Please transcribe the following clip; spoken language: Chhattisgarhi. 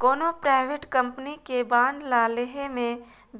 कोनो परइवेट कंपनी के बांड ल लेहे मे